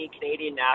Canadian